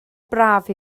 braf